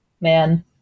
man